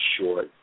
short